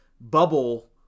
bubble